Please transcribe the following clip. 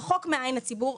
רחוק מעין הציבור,